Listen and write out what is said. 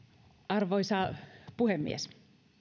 arvoisa puhemies